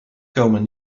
komen